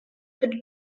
had